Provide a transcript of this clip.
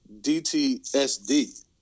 DTSD